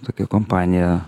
tokia kompanija